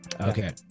okay